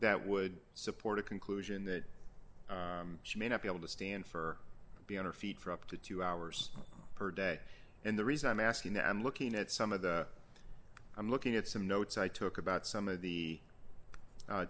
that would support a conclusion that she may not be able to stand for be on her feet for up to two hours per day and the reason i'm asking them looking at some of that i'm looking at some notes i took about some of the